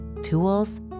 tools